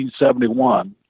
1971